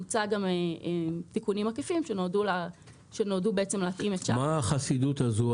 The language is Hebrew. מוצעים גם תיקונים עקיפים שנועדו להתאים את שאר --- מה החסידות הזו?